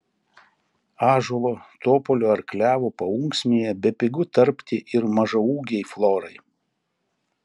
ąžuolo topolio ar klevo paunksmėje bepigu tarpti ir mažaūgei florai